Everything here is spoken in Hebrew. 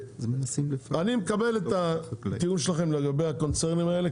אני מקבל את הטיעון שלכם לגבי הקונצרנים האלה,